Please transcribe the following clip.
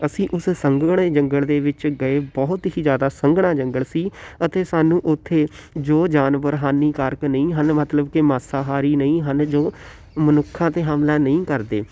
ਅਸੀਂ ਉਸ ਸੰਘਣੇ ਜੰਗਲ ਦੇ ਵਿੱਚ ਗਏ ਬਹੁਤ ਹੀ ਜ਼ਿਆਦਾ ਸੰਘਣਾ ਜੰਗਲ ਸੀ ਅਤੇ ਸਾਨੂੰ ਉੱਥੇ ਜੋ ਜਾਨਵਰ ਹਾਨੀਕਾਰਕ ਨਹੀਂ ਹਨ ਮਤਲਬ ਕਿ ਮਾਸਾਹਾਰੀ ਨਹੀਂ ਹਨ ਜੋ ਮਨੁੱਖਾਂ 'ਤੇ ਹਮਲਾ ਨਹੀਂ ਕਰਦੇ